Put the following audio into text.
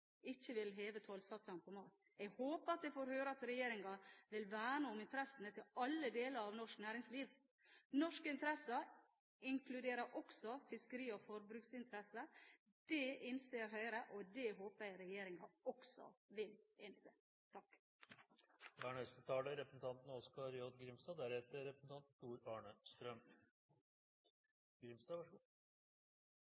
ikke vil heve tollsatsene på mat. Jeg håper at jeg får høre at regjeringen vil verne om interessene til alle deler av norsk næringsliv. Norske interesser inkluderer også fiskeri- og forbruksinteresser. Det innser Høyre, og det håper jeg regjeringen også vil innse. Frå regjeringshald blir det ofte hevda at den største trusselen vi no ser, er